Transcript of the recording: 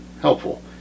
helpful